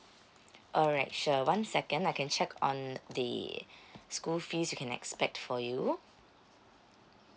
alright sure one second I can check on the school fees you can expect for you